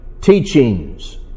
teachings